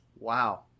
Wow